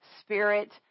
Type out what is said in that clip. spirit